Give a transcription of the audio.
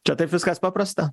čia taip viskas paprasta